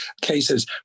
Cases